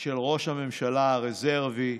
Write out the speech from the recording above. של ראש הממשלה הרזרבי.